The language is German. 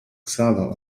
xaver